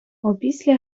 опісля